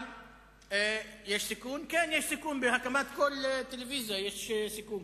יש סיכון, כן, בהקמת כל טלוויזיה יש סיכון.